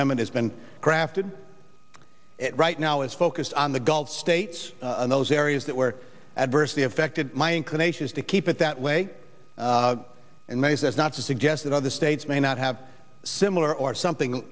memmott has been crafted right now is focused on the gulf states in those areas that were adversely affected my inclination is to keep it that way and that is as not to suggest that other states may not have similar or something